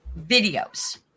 videos